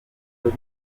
los